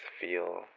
feel